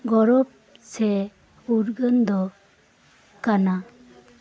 ᱜᱚᱨᱚᱵᱽ ᱥᱮ ᱩᱨᱜᱟᱹᱱ ᱫᱚ ᱠᱟᱱᱟ